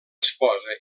esposa